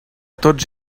tots